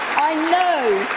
i know,